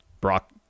Brock